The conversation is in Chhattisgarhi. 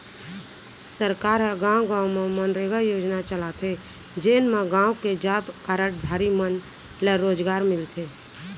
सरकार ह गाँव गाँव म मनरेगा योजना चलाथे जेन म गाँव के जॉब कारड धारी मन ल रोजगार मिलथे